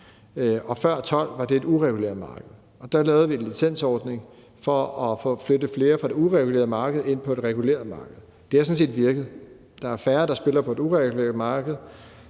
før 2012 var det et ureguleret marked. Da lavede vi en licensordning for at få flyttet flere fra det uregulerede marked ind på et reguleret marked. Det har sådan set virket. Der er færre, der spiller på et ureguleret marked,